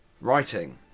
Writing